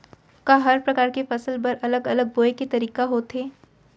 का हर प्रकार के फसल बर अलग अलग बोये के तरीका होथे?